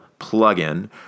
plugin